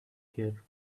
here